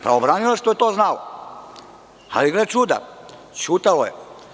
Pravobranilaštvo je to znalo, ali, gle čuda, ćutalo je.